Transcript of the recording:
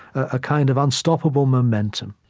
a kind of unstoppable momentum